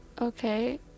Okay